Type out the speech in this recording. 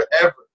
forever